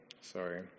sorry